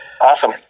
awesome